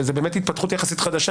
התפתחות חדשה,